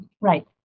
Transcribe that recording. Right